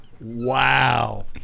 wow